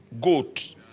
goat